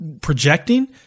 projecting